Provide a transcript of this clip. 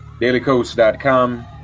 dailycoast.com